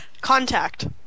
Contact